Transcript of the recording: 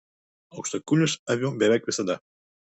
aukštakulnius aviu beveik visada